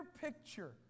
picture